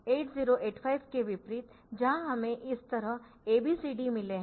8085 के विपरीत जहां हमें इस तरह ABCD मिले है